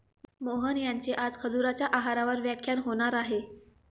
मोहन यांचे आज खजुराच्या आहारावर व्याख्यान होणार आहे